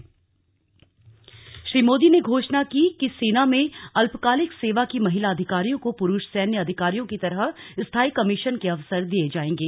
स्वतंत्रता दिवस जारी श्री मोदी ने घोषणा की कि सेना में अल्पकालिक सेवा की महिला अधिकारियों को पुरुष सैन्य अधिकारियों की तरह स्थायी कमीशन के अवसर दिए जाएंगे